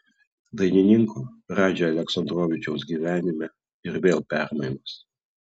dainininko radži aleksandrovičiaus gyvenime ir vėl permainos